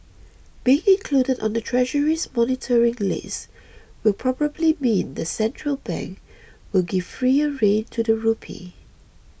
being included on the treasury's monitoring list will probably mean the central bank will give freer rein to the rupee